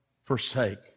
Forsake